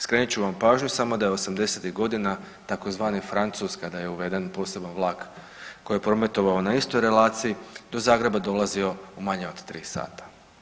Skrenut ću vam pažnju samo da je osamdesetih godina tzv. Francuz kada je uvezen poseban vlak koji je prometovao na istoj relaciji do Zagreba dolazio u manje od tri sata.